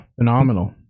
phenomenal